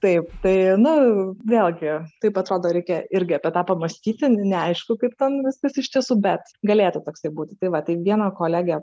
taip tai na vėlgi taip atrodo reikia irgi apie tą pamąstyti neaišku kaip ten viskas iš tiesų bet galėtų toksai būti tai va tai vieną kolegę